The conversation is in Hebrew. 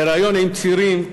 היריון עם צירים,